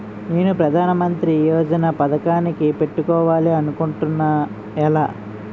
నేను ప్రధానమంత్రి యోజన పథకానికి పెట్టుకోవాలి అనుకుంటున్నా ఎలా?